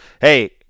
hey –